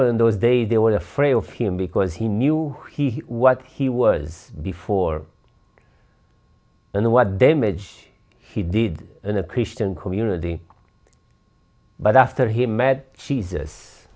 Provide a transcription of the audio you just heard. in those days they were afraid of him because he knew he what he was before and what damage he did in a christian community but after he met